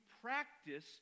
practice